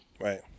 Right